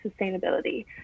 sustainability